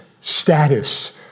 status